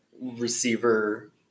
receiver